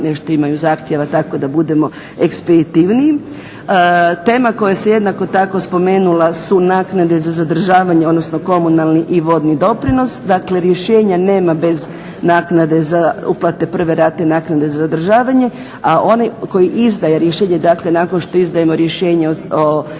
nešto imaju zahtjeva tako da budemo ekspeditivniji. Tema koja se jednako tako spomenula su naknade za zadržavanje, odnosno komunalni i vodni doprinos. Dakle, rješenja nema bez naknade, uplate prve rate naknade za održavanje, a onaj koji izdaje rješenje, dakle nakon što izdajemo rješenje o